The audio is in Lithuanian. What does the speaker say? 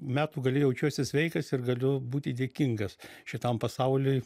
metų gale jaučiuosi sveikas ir galiu būti dėkingas šitam pasauliui